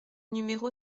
numéro